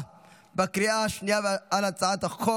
אינו נוכח,